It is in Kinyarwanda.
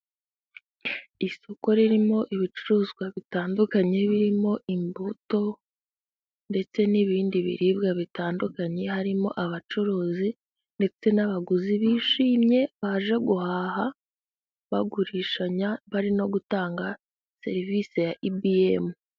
Isoko ririmo ibicuruzwa bitandukanye, birimo imbuto ndetse n'ibindi biribwa bitandukanye, harimo abacuruzi ndetse n'abaguzi bishimye baje guhaha, bagurishanya bari no gutanga serivisi ya IBM.